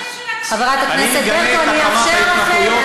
חברת הכנסת ברקו, אני אאפשר לכם.